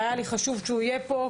היה לי חשוב שהוא יהיה פה,